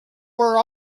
were